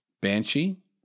Banshee